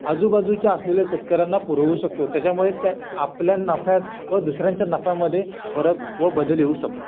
आजूबाजूच्या असलेल्या शेतकऱ्यांना पुरवू शकतो त्याच्यामुळे त्या आपल्या नफ्यात व दुसऱ्यांच्या नफ्यामध्ये फरक व बदल येऊ शकतो